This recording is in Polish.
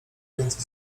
więcej